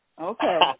Okay